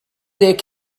deg